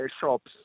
shops